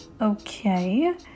Okay